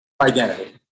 identity